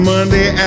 Monday